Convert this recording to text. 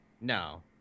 No